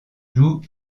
joue